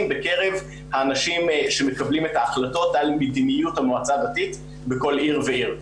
בקרב האנשים שמקבלים את ההחלטות על מדיניות המועצה הדתית בכל עיר ועיר.